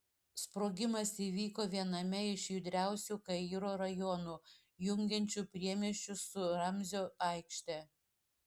sprogimas įvyko viename iš judriausių kairo rajonų jungiančių priemiesčius su ramzio aikšte